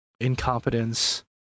incompetence